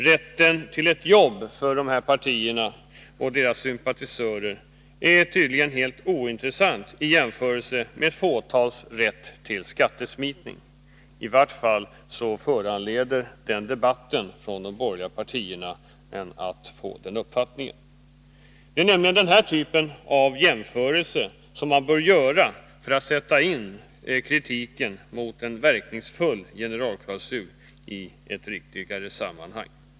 Rätten till ett jobb är för dessa partier och deras sympatisörer tydligen helt ointressant i jämförelse med ett fåtals rätt till skattesmitning — i vart fall föranleder debatten från de borgerliga partiernas sida en att få den uppfattningen. Det är den typen av jämförelse som man bör göra för att sätta in kritiken mot en verkningsfull generalklausul i ett riktigare sammanhang.